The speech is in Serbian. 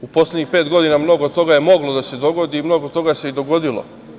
U poslednjih pet godina mnogo toga je moglo da se dogodi i mnogo toga se i dogodilo.